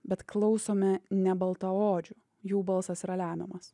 bet klausome ne baltaodžių jų balsas yra lemiamas